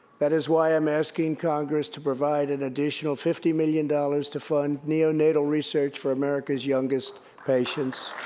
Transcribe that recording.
that is why i'm asking congress to provide an additional fifty million dollars to fund neonatal research for america's youngest patients.